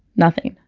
nothing.